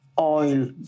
oil